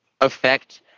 affect